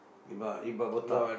Iqbal Iqbal botak